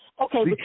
Okay